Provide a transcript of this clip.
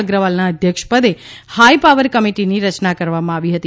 અગ્રવાલના અધ્યક્ષપદે high power કમિટીની રચના કરવામાં આવી હતી